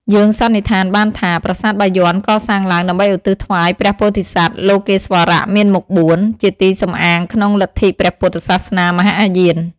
យើងសន្និដ្ឋានបានថា ប្រាសាទបាយ័នកសាងឡើង ដើម្បីឧទ្ទិសថ្វាយព្រះពោធិសត្វ លោកេស្វរៈមានមុខ៤ ជាទីសំអាងក្នុងលទ្ធិព្រះពុទ្ធសាសនាមហាយាន ។